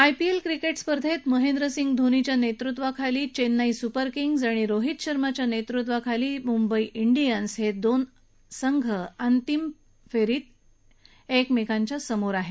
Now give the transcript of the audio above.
IPL cricket स्पर्धेत महेंद्र सिंग धोनीच्या नेतृत्वाखालील चेन्नई सुपर किंग्स आणि रोहित शर्माच्या नेतृत्वाखालील मुंबई ाहियन्स या दोन संघात अंतिम लढत होणार आहे